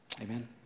Amen